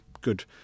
good